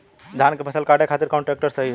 धान के फसल काटे खातिर कौन ट्रैक्टर सही ह?